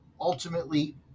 Ultimately